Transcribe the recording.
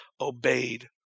obeyed